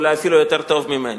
אולי אפילו יותר טוב ממני.